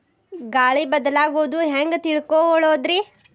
ಗಾಳಿ ಬದಲಾಗೊದು ಹ್ಯಾಂಗ್ ತಿಳ್ಕೋಳೊದ್ರೇ?